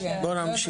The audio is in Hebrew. נמשיך.